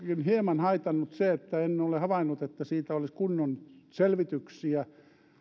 hieman haitannut se että en ole havainnut että siitä olisi tehty kunnon selvityksiä